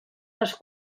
les